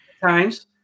Times